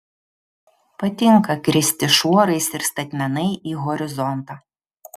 patinka kristi šuorais ir statmenai į horizontą